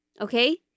Okay